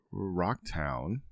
Rocktown